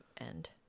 end